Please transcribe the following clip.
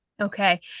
Okay